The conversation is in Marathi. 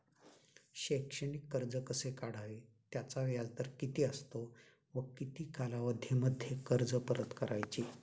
शैक्षणिक कर्ज कसे काढावे? त्याचा व्याजदर किती असतो व किती कालावधीमध्ये कर्ज परत करायचे?